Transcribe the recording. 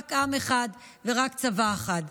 רק עם אחד ורק צבא אחד.